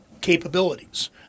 capabilities